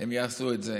הם יעשו את זה